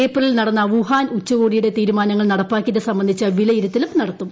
ഏപ്രിലിൽ നടന്ന വുഹാൻ ഉച്ചകോടിയുടെ തീരുമാനങ്ങൾ നടപ്പാക്കിയത് സംബന്ധിച്ച വിലയിരുത്തിലും നടത്തും